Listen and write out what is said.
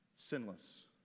sinless